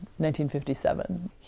1957